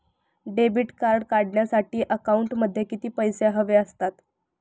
Debit card काढण्यासाठी अकाउंटमध्ये किती पैसे हवे असतात?